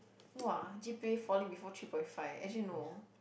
!wow! G_P_A falling before three point five actually no